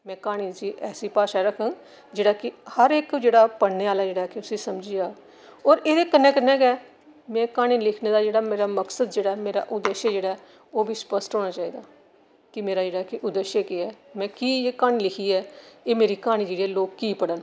में क्हानी च ऐसी भाशा रक्खङ जेह्ड़ा कि हर इक जेह्ड़ा पढ़ने आह्ला जेह्ड़ा कि उसी समझी जा ते और एह्दे कन्नै कन्नै गै में क्हानी लिखने दा जेह्ड़ा मेरा मकसद मेरा जेह्ड़ा उद्देश्य जेह्ड़ा ऐ ओह् बी स्पश्ट होना चाहिदा कि मेरा जेह्ड़ा कि उद्देश्य केह् ऐ में की क्हानी लिखी ऐ एह् मेरी क्हानी जेह्ड़ी लोक की पढ़न